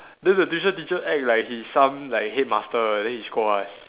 then the tuition teacher act like he some like headmaster then he scold us